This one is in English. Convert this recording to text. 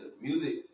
music